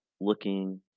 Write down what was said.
looking